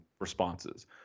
responses